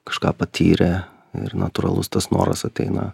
kažką patyrė ir natūralus tas noras ateina